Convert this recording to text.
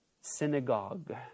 Synagogue